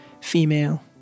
female